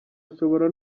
ashobora